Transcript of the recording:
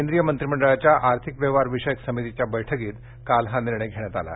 केंद्रीय मंत्रिमंडळाच्या आर्थिक व्यवहार विषयक समितीच्या बैठकीत काल हा निर्णय घेण्यात आला